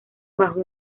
bajo